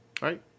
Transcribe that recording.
Right